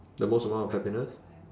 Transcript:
the most amount of happiness